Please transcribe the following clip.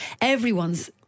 everyone's